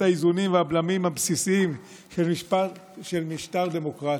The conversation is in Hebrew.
האיזונים והבלמים הבסיסיים של משטר דמוקרטי,